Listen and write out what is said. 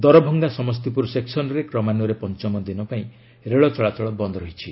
ଦରଭଙ୍ଗା ସମସ୍ତିପୁର ସେକ୍ୱନ୍ରେ କ୍ରମାନ୍ୱୟରେ ପଞ୍ଚମ ଦିନ ପାଇଁ ରେଳ ଚଳାଚଳ ବନ୍ଦ୍ ରହିଛି